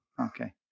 okay